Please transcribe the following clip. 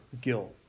guilt